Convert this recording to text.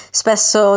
spesso